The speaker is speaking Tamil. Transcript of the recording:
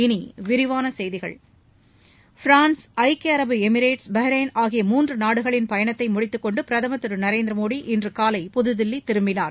இனி விரிவான செய்திகள் பிரான்ஸ் ஐக்கிய அரபு எமிரேட்ஸ் பஹ்ரைன் ஆகிய மூன்று நாடுகளின் பயணத்தை முடித்துக்கொண்டு பிரதமர் திரு நரேந்திர மோடி இன்று காலை புதுதில்லி திரும்பினார்